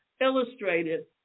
Illustrated